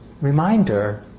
reminder